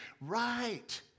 Right